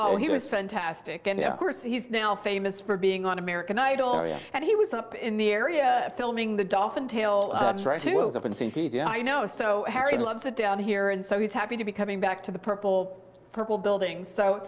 he was fantastic and of course he's now famous for being on american idol and he was up in the area filming the dolphin tale i know so harry loves it down here and so he's happy to be coming back to the purple purple building so